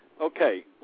Okay